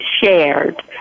shared